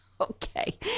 Okay